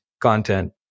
content